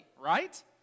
right